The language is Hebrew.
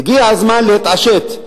ה הגיע הזמן להתעשת.